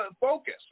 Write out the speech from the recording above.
focus